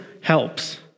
helps